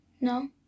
no